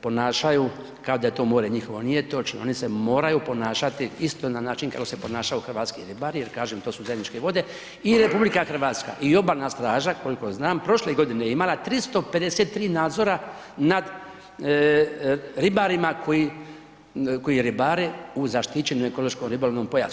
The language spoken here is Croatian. ponašaju kao da je to more njihovo, nije točno, oni se moraju ponašati isto na način kako se ponašaju hrvatski ribari jer kaže, to su zajedničke vode i RH i Obalna straža koliko znam, prošle godine je imala 353 nadzora nad ribarima koji ribare u zaštićenom ekološkom ribolovnom pojasu.